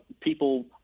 people